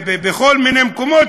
בכל מיני מקומות,